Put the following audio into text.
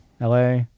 LA